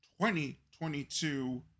2022